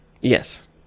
Yes